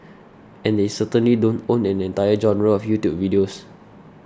and they certainly don't own an entire genre of YouTube videos